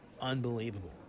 unbelievable